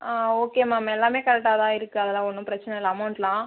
ஆ okay ma'am எல்லாமே கரெக்டாக தான் இருக்குது அதெலாம் ஒன்றும் பிரச்சின இல்லை அமௌண்ட்லாம்